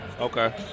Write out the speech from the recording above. Okay